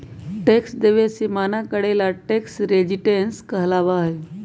tax देवे से मना करे ला टैक्स रेजिस्टेंस कहलाबा हई